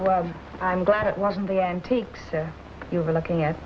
well i'm glad it wasn't the antique so you were looking at